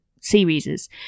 series